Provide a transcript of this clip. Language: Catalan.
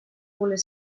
voler